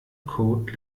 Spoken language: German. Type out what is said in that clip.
code